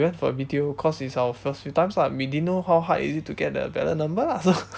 we went for the B_T_O cause it's our first few times lah we didn't know how hard is it to get the ballot number lah so